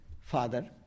father